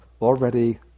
already